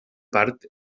part